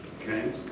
Okay